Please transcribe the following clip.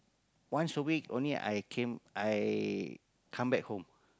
once a week only I came I come back home